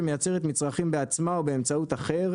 שמייצרת מצרכים בעצמה או באמצעות אחר,